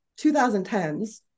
2010s